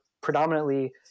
predominantly